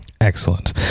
Excellent